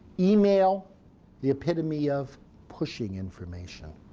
email the epitome of pushing information.